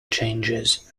changes